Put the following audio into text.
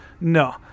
no